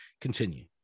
Continue